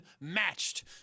matched